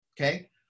okay